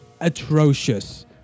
atrocious